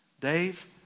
Dave